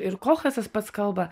ir kolchasas pats kalba